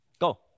Go